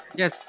yes